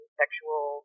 sexual